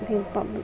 फिर